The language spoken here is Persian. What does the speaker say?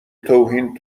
توهین